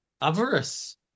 avarice